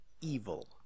evil